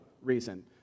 reason